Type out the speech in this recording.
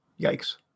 Yikes